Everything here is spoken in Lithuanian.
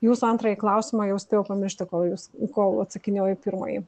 jūsų antrąjį klausimą jau spėjau pamiršti kol jūs kol atsakinėjau į pirmąjį